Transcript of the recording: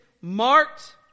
marked